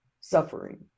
suffering